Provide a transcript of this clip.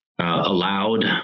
allowed